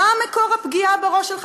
מה מקור הפגיעה בראש שלך?